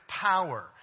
power